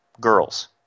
girls